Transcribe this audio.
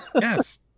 yes